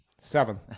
Seven